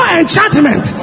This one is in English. enchantment